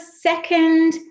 second